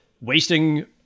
wasting